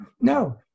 no